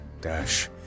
Dash